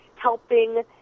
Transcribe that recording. helping